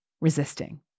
resisting